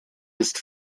ist